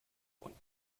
und